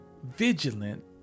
Vigilant